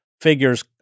figures